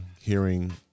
hearing